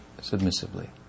submissively